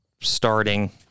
starting